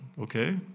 okay